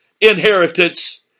inheritance